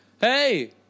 hey